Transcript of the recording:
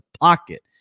pocket